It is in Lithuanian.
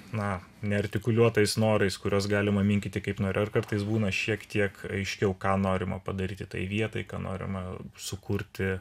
na neartikuliuotais norais kuriuos galima minkyti kaip nori ar kartais būna šiek tiek aiškiau ką norima padaryti tai vietai ką norima sukurti